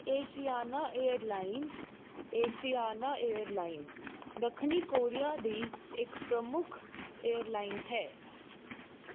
Asiana Airlines Asiana Airlines ਦੱਖਣੀ Korea ਦੀ ਇੱਕ ਪ੍ਰਮੁੱਖ ਏਅਰਲਾਈਨ ਹੈ